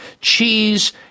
cheese